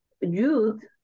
youth